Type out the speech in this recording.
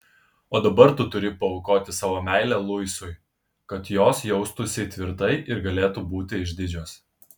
o dabar tu turi paaukoti savo meilę luisui kad jos jaustųsi tvirtai ir galėtų būti išdidžios